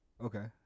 Okay